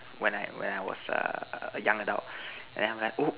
when I when I was a a young adult then I'm like